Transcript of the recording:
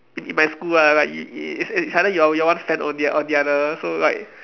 in in my school lah like it it it's either you're you're one fan or the or the other so like